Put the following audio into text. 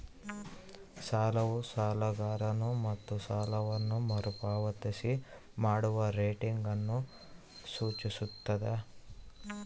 ಸಾಲವು ಸಾಲಗಾರನು ತನ್ನ ಸಾಲವನ್ನು ಮರುಪಾವತಿ ಮಾಡುವ ರೇಟಿಂಗ್ ಅನ್ನು ಸೂಚಿಸ್ತದ